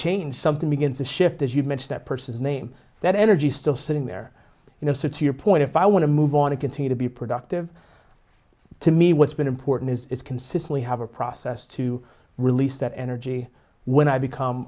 change something begins to shift as you mention that person's name that energy still sitting there you know to your point if i want to move on to continue to be productive to me what's been important is it's consistently have a process to release that energy when i become